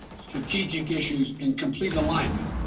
strategic issues in complete alignment.